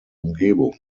umgebung